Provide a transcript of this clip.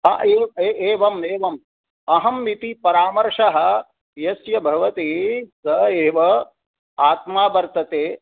अ एव एवं एवं अहं इति परामर्शः यस्य भवति स एव आत्मा वर्तते